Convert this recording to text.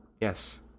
yes